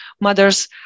mothers